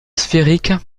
sphérique